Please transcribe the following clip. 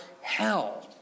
hell